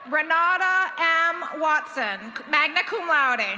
renata m watson, magna cum laude. and